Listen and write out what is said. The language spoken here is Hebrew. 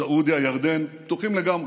סעודיה וירדן פתוחות לגמרי,